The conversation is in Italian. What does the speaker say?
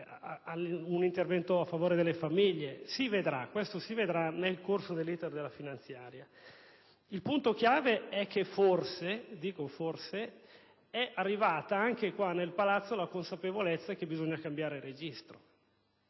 un intervento a favore delle famiglie. Tutto questo si vedrà nel corso dell'*iter* della finanziaria. Il punto chiave è che forse - sottolineo forse - è arrivata anche nel Palazzo la consapevolezza che bisogna cambiare registro.